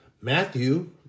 Matthew